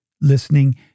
listening